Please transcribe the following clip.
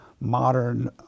modern